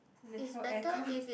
and they throw aircon